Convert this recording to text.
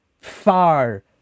far